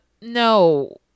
no